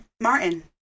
Martin